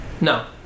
No